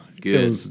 Good